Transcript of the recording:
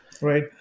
right